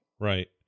Right